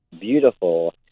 beautiful